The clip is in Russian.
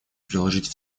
приложить